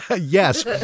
Yes